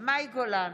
מאי גולן,